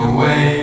Away